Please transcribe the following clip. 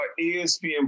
ESPN